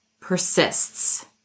persists